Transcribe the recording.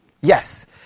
Yes